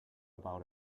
about